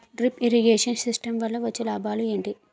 Drip irrigation system వల్ల వచ్చే లాభాలు ఏంటి?